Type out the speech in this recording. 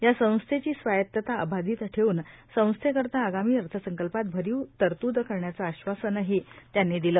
या संस्थेची स्वायत्तता अबाधित ठेवून संस्थेकरता आगामी अर्थसंकल्पात भरीव तरतूद करण्याचं आश्वासनही त्यांनी दिलं